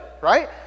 right